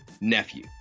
nephew